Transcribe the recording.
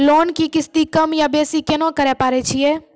Loan के किस्ती कम या बेसी केना करबै पारे छियै?